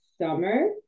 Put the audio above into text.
summer